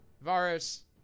Varus